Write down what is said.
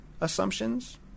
assumptions